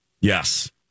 Yes